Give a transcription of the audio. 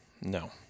No